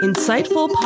Insightful